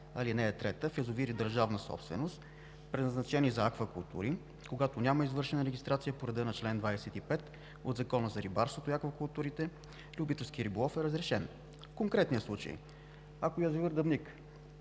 ал. 3 – в язовири и държавна собственост, предназначени за аквакултури, когато няма извършена регистрация по реда на чл. 25 от Закона за рибарството и аквакултурите, любителският риболов е разрешен. В конкретния случай, ако язовир „Дъбника“